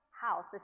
house